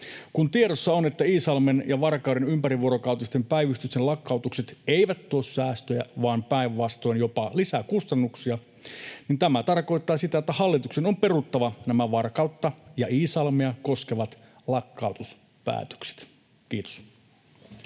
Kun tiedossa on, että Iisalmen ja Varkauden ympärivuorokautisten päivystysten lakkautukset eivät tuo säästöjä, vaan päinvastoin jopa lisää kustannuksia, niin tämä tarkoittaa sitä, että hallituksen on peruttava nämä Varkautta ja Iisalmea koskevat lakkautuspäätökset. — Kiitos.